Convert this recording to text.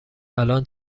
الان